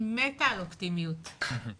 אני מתה על אופטימיות,